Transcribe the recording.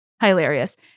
hilarious